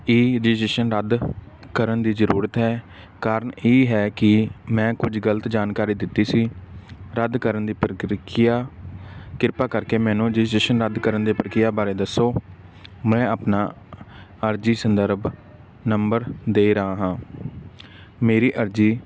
ਇਹ ਰਜਿਸਟਰੇਸ਼ਨ ਰੱਦ ਕਰਨ ਦੀ ਜ਼ਰੂਰਤ ਹੈ ਕਾਰਨ ਇਹ ਹੈ ਕਿ ਮੈਂ ਕੁਝ ਗਲਤ ਜਾਣਕਾਰੀ ਦਿੱਤੀ ਸੀ ਰੱਦ ਕਰਨ ਦੀ ਪ੍ਰਕਿਰਿਆ ਕਿਰਪਾ ਕਰਕੇ ਮੈਨੂੰ ਰਜਿਸਟ੍ਰੇਸ਼ਨ ਰੱਦ ਕਰਨ ਦੇ ਪ੍ਰਕਿਰਿਆ ਬਾਰੇ ਦੱਸੋ ਮੈਂ ਆਪਣਾ ਅਰਜੀ ਸੰਦਰਭ ਨੰਬਰ ਦੇ ਰਿਹਾ ਹਾਂ ਮੇਰੀ ਅਰਜ਼ੀ